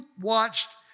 watched